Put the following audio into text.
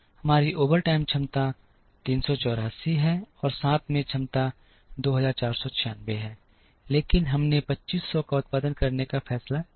हमारी ओवरटाइम क्षमता 384 है और साथ में क्षमता 2496 है लेकिन हमने 2500 का उत्पादन करने का फैसला किया है